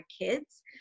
kids